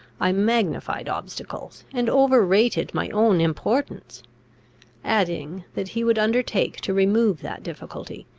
i magnified obstacles, and over-rated my own importance adding, that he would undertake to remove that difficulty,